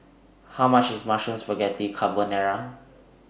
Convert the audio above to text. How much IS Mushroom Spaghetti Carbonara